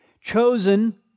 chosen